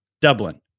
Dublin